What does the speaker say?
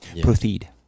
Proceed